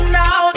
now